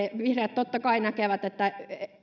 totta kai näkevät että